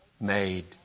made